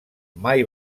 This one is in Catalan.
mai